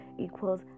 equals